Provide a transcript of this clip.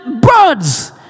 birds